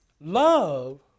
Love